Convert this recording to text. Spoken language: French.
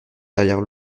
derrière